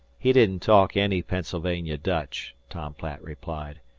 he didn't talk any pennsylvania dutch, tom platt replied.